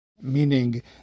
Meaning